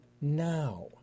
now